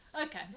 Okay